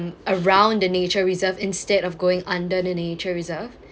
around the nature reserve instead of going under the nature reserve